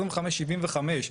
25.75,